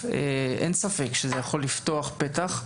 ספק שזה יכול לפתוח פתח.